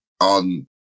on